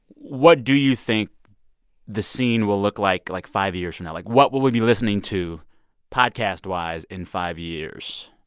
what do you think the scene will look like, like, five years from now? like, what will we be listening to podcastwise in five years?